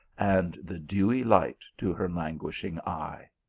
and the dewy light to her lan guishing eye.